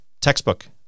textbook